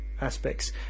aspects